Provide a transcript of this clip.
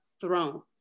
throne